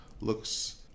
looks